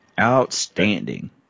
outstanding